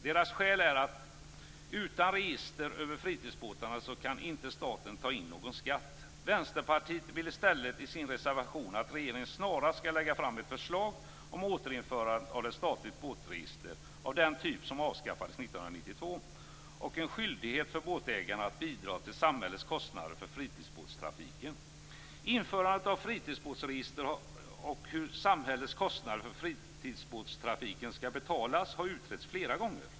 Deras skäl är att staten inte kan ta in någon skatt utan register över fritidsbåtarna. Vänsterpartiet vill i stället i sin reservation att regeringen snarast skall lägga fram ett förslag om återinförande av ett statligt båtregister av den typ som avskaffades 1992 och en skyldighet för båtägarna att bidra till samhällets kostnader för fritidsbåtstrafiken. Införande av fritidsbåtsregister och hur samhällets kostnader för fritidsbåtstrafiken skall betalas har utretts flera gånger.